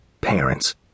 parents